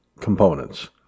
components